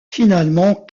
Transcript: finalement